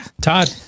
Todd